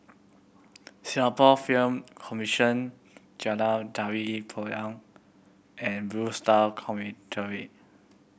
Singapore Film Commission Jalan Tari Payong and Blue Star